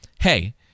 hey